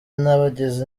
n’abagize